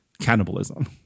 cannibalism